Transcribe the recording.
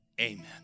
amen